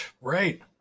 right